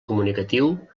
comunicatiu